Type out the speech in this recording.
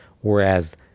Whereas